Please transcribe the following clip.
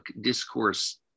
discourse